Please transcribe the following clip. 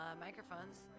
microphones